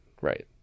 right